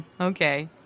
Okay